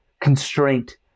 constraint